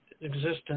existence